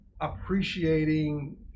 appreciating